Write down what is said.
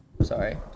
sorry